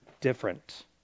different